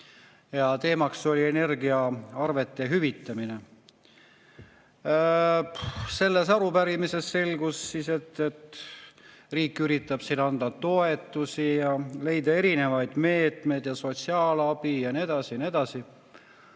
Teema on energiaarvete hüvitamine. Selles arupärimises selgus, et riik üritab anda toetusi ja leida erinevaid meetmeid ja sotsiaalabi ja nii edasi